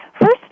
First